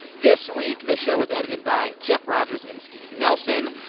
this week, the show was edited by jeff rogers and steve nelson.